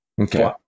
Okay